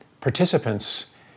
participants